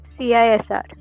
CISR